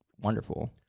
wonderful